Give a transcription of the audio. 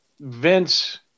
Vince